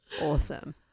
Awesome